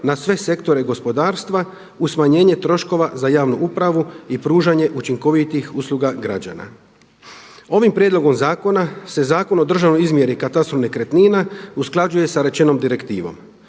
na sve sektore gospodarstva uz smanjenje troškova za javnu upravu i pružanje učinkovitih usluga građana. Ovim prijedlogom zakona se Zakon o državnoj izmjeri i katastru nekretnina usklađuje sa rečenom direktivom.